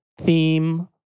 theme